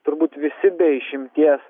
turbūt visi be išimties